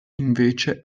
invece